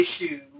issues